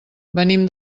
venim